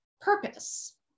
purpose